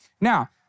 Now